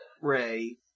ray